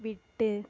விட்டு